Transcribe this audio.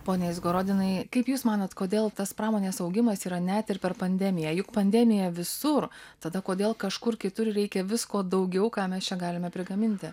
pone izgorodinai kaip jūs manot kodėl tas pramonės augimas yra net ir per pandemiją juk pandemija visur tada kodėl kažkur kitur reikia visko daugiau ką mes čia galime prigaminti